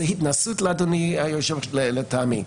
זאת התנשאות, אדוני היושב-ראש, לטעמי.